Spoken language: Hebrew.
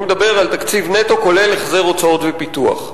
אני מדבר על תקציב נטו, כולל החזר הוצאות ופיתוח.